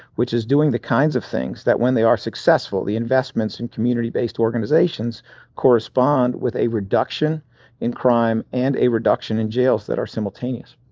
which is doing the kinds of things that when they are successful, the investments in community-based organizations correspond with a reduction in crime and a reduction in jails that are simultaneous.